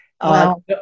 Wow